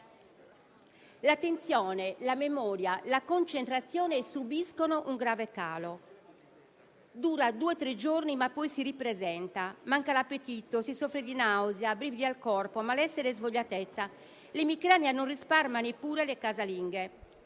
l'attenzione, la memoria e la concentrazione subiscono un grave calo. Dura due o tre giorni, ma poi si ripresenta: manca l'appetito e si soffre di nausea, brividi al corpo, malessere e svogliatezza; l'emicrania non risparmia neppure le casalinghe